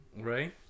Right